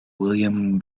william